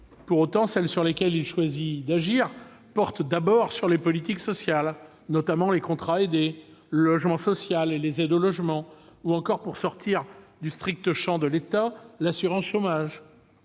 Pour autant, les dépenses sur lesquelles il choisit d'agir concernent d'abord les politiques sociales, notamment les contrats aidés, le logement social et les aides au logement, ou encore- pour sortir du strict champ de l'État -l'assurance chômage.